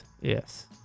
yes